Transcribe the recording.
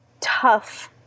tough